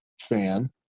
fan